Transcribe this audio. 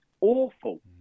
awful